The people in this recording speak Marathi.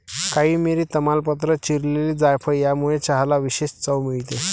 काळी मिरी, तमालपत्र, चिरलेली जायफळ यामुळे चहाला विशेष चव मिळते